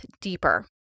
deeper